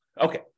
Okay